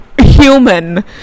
human